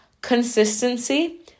consistency